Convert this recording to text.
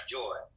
joy